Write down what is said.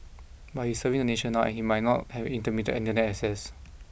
but he is serving the nation now and he might not have intermittent Internet access